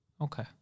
Okay